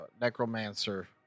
necromancer